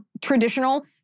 traditional